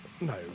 no